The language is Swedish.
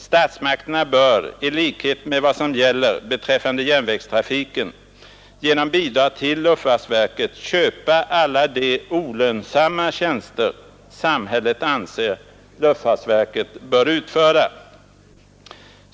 Statsmakterna bör, i likhet med vad som gäller beträffande järnvägstrafiken, genom bidrag till luftfartsverket köpa alla de olönsamma tjänster samhället anser luftfartsverket bör utföra.